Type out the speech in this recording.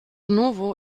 novo